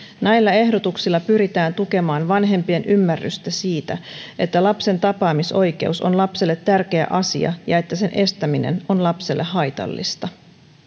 näillä ehdotuksilla pyritään tukemaan vanhempien ymmärrystä siitä että lapsen tapaamisoikeus on lapselle tärkeä asia ja että sen estäminen on lapselle haitallista